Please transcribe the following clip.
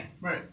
Right